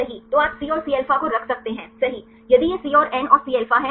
तो आप C और Cα को रख सकते हैं सही यदि यह C और N और Cα है सही